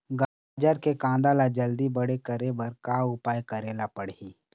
गाजर के कांदा ला जल्दी बड़े करे बर का उपाय करेला पढ़िही?